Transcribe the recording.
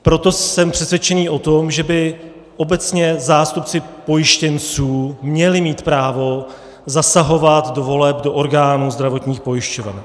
Proto jsem přesvědčen o tom, že by obecně zástupci pojištěnců měli mít právo zasahovat do voleb do orgánů zdravotních pojišťoven.